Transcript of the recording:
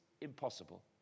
impossible